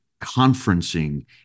conferencing